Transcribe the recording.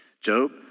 Job